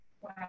wow